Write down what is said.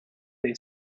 they